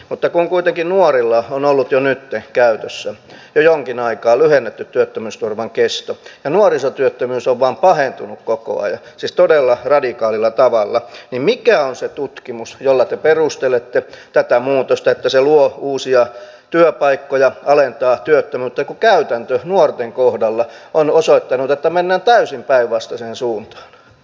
mutta kun kuitenkin nuorilla on ollut jo nyt käytössä jo jonkin aikaa lyhennetty työttömyysturvan kesto ja nuorisotyöttömyys on vain pahentunut koko ajan siis todella radikaalilla tavalla niin mikä on se tutkimus jolla te perustelette tätä muutosta että se luo uusia työpaikkoja alentaa työttömyyttä kun käytäntö nuorten kohdalla on osoittanut että mennään täysin päinvastaiseen suuntaan